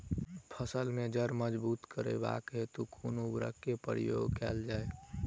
फसल केँ जड़ मजबूत करबाक हेतु कुन उर्वरक केँ प्रयोग कैल जाय?